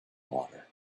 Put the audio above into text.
water